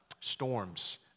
storms